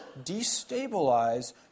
destabilize